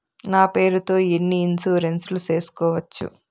నా పేరుతో ఎన్ని ఇన్సూరెన్సులు సేసుకోవచ్చు?